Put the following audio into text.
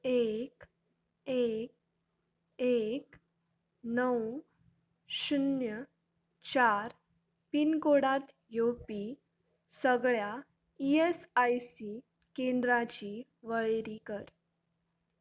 एक एक एक णव शुन्य चार पिनकोडांत येवपी सगळ्या ई एस आय सी केंद्रांची वळेरी कर